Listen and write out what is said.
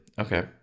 Okay